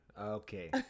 Okay